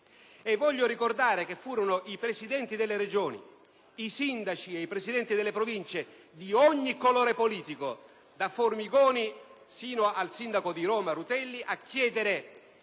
inoltre ricordare che furono i Presidenti delle Regioni, i sindaci e i Presidenti delle Province, di ogni colore politico (da Formigoni al sindaco di Roma Rutelli), a chiedere